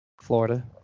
Florida